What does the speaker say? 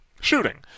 shooting